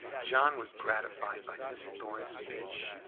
john was gratified by miss thorn's speech,